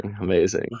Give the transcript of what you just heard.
amazing